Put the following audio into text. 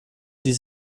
die